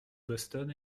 boston